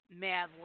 Mad